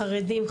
חרדים,